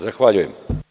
Zahvaljujem.